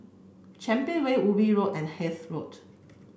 Champion Way Ubi Road and Hythe Road